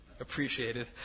appreciated